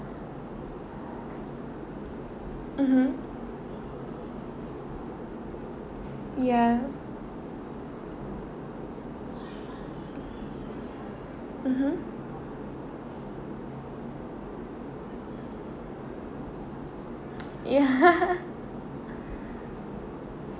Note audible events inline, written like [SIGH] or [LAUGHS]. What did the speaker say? mmhmm ya mmhmm ya [LAUGHS]